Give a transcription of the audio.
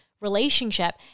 relationship